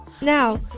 Now